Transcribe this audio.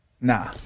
Nah